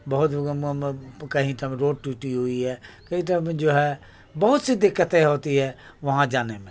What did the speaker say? بہت کہیں روڈ ٹوٹی ہوئی ہے کئی ٹائم جو ہے بہت سی دقتیں ہوتی ہے وہاں جانے میں